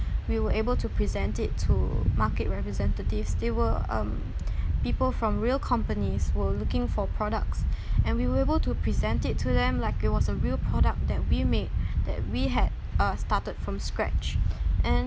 we were able to present it to market representatives they were um people from real companies were looking for products and we were able to present it to them like it was a real product that we made that we had uh started from scratch and